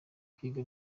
kwiga